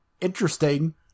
interesting